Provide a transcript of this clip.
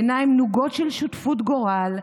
/ בעיניים נוגות של שותפות / גורל,